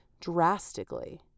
drastically